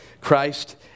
Christ